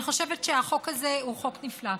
אני חושבת שהחוק הזה הוא חוק נפלא,